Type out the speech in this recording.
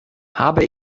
habe